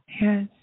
Yes